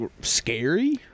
scary